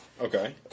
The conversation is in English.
Okay